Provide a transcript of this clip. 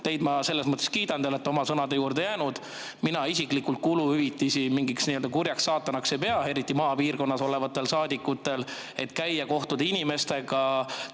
teid ma selles mõttes kiidan, sest te olete oma sõnade juurde jäänud. Mina isiklikult kuluhüvitisi mingiks kurjaks saatanaks ei pea, eriti maapiirkonnas olevatel saadikutel [on seda vaja], et käia, kohtuda inimestega,